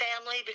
family